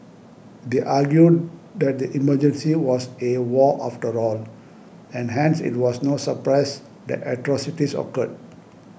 they argue that the Emergency was a war after all and hence it was no surprise that atrocities occurred